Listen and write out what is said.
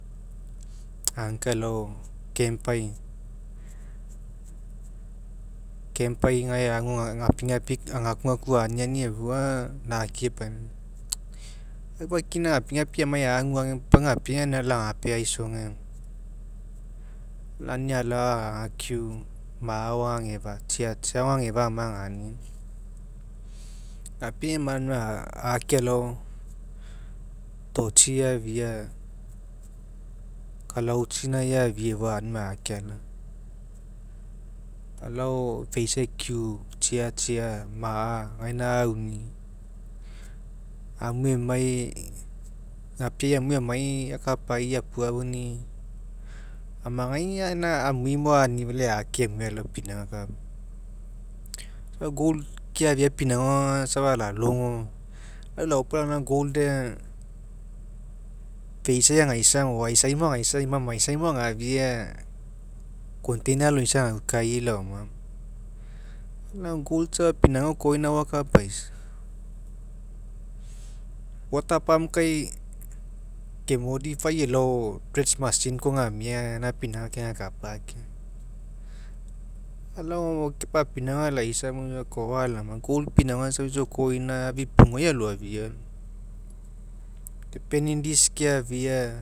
Agaukae alao camp'ai camp'ai gae aga gapigapi agakugaku anini efua aga naki epainiau aufakina gapiai amai aguagemo puo apu gapiaiaga aunia agalao agapea'aisoge eoma aunia agalao agaku ma'a ao aga gefa tsiatsia ao aga gefa agamai agania, gapiai man auniami ake alai totsi eafia kakeletsi gaina ao eafia efua aunimai ake alao alao feisai ekiu tsiatsia ma'a gaina aauni'i amue amai akapai apuafuni'i amagai aga gaina amu mo anii efua lai ake amue alao pinauga akapa. Gold keafia pinauga safa alalogo mo, lau laopolaga la gold aga feisa agaisa agomaisai mo agaisa imamaisaimo agafia corner aloisai agaukai laoma moia. Lau gold safa pinauga oko ioina pauma akapaisa water pump kai ke modify elao tracks machine koa gamia gaina pinauga kegakapa keoma alao kepapinauga laisa koa laoma gold pinauga safa oko ioina afipuguai aloafia laoma ke keafia